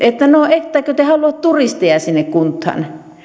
ettekö te halua turisteja sinne kuntaan